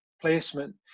placement